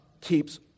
keeps